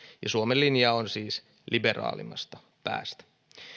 ja suomen linja on siis liberaalimmasta päästä